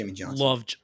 love